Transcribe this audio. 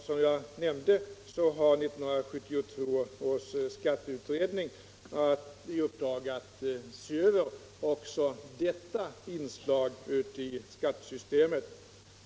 Som jag nämnde har 1972 års skatteutredning i uppdrag att se över också detta inslag i skattesystemet.